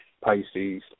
Pisces